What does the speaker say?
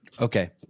Okay